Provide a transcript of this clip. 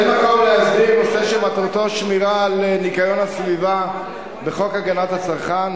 אין מקום להסדיר נושא שמטרתו שמירה על ניקיון הסביבה בחוק הגנת הצרכן,